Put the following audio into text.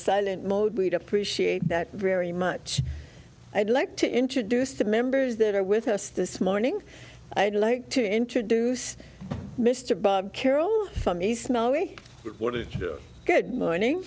silent mode we'd appreciate that very much i'd like to introduce the members that are with us this morning i'd like to introduce mr bob carroll of funny smell me what is good morning